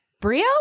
Brio